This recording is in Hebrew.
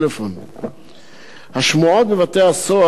השמועות בבתי-הסוהר רצות ומתרוצצות.